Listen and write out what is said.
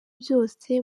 byose